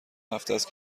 هفتست